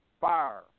Fire